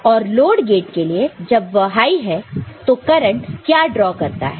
और load gate के लिए जब वह हाई है तो करंट क्या ड्रॉ करता है